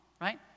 Right